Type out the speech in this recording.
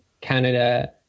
Canada